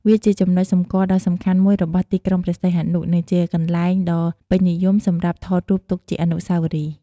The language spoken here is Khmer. វាជាចំណុចសម្គាល់ដ៏សំខាន់មួយរបស់ទីក្រុងព្រះសីហនុ និងជាកន្លែងដ៏ពេញនិយមសម្រាប់ថតរូបទុកជាអនុស្សាវរីយ៍។